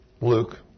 Luke